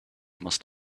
must